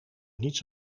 niets